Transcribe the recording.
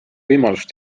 võimalust